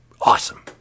awesome